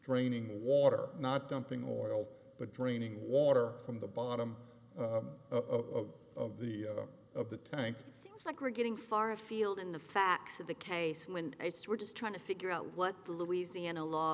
draining water not dumping oil but draining water from the bottom of the of the tank things like we're getting far afield in the facts of the case when it's too we're just trying to figure out what the louisiana law